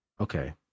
Okay